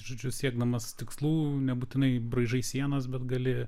žodžiu siekdamas tikslų nebūtinai braižai sienas bet gali